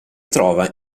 trova